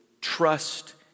trust